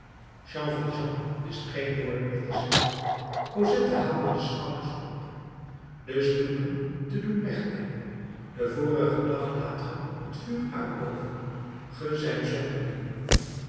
wist geen woord meer te zeggen cosette haalde de schouders op de stoelen te doen wegnemen den vorigen dag laat ge het vuur uitdooven ge zijt zonderling